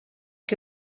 que